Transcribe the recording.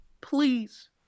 please